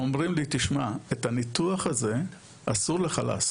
אומרים לי תשמע, את הניתוח הזה אסור לך לעשות,